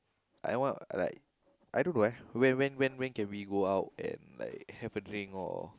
I want like I look like when when when can we go out and have a drink or